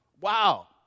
Wow